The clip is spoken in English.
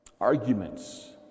arguments